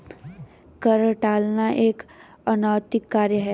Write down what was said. कर टालना एक अनैतिक कार्य है